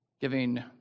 giving